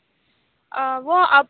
وہ اب